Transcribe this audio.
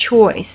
choice